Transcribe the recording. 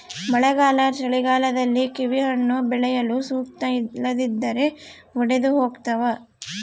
ಮಳೆಗಾಲ ಚಳಿಗಾಲದಲ್ಲಿ ಕಿವಿಹಣ್ಣು ಬೆಳೆಯಲು ಸೂಕ್ತ ಇಲ್ಲದಿದ್ದರೆ ಒಡೆದುಹೋತವ